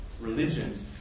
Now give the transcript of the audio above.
religion